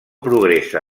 progressa